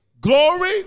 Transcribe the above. glory